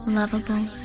lovable